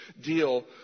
deal